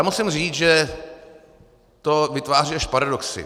Musím říct, že to vytváří až paradoxy.